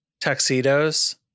tuxedos